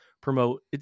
promote